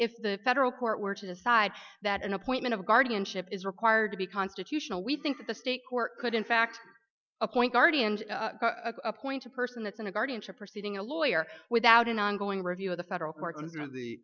if the federal court were to decide that an appointment of guardianship is required to be constitutional we think that the state court could in fact appoint guardians appoint a person that's in a guardianship proceeding a lawyer without an ongoing review of the federal court under the